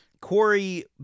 Corey